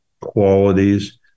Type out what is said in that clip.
qualities